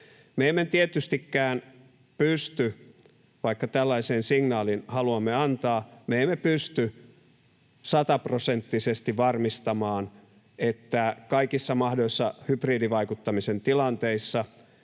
Me emme tietystikään pysty, vaikka tällaisen signaalin haluamme antaa, sataprosenttisesti varmistamaan, että kaikissa mahdollisissa hybridivaikuttamisen tilanteissa,